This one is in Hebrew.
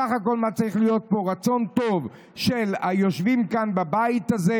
בסך הכול צריך להיות פה רצון טוב של היושבים בבית הזה,